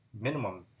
minimum